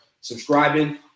subscribing